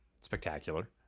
spectacular